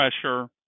pressure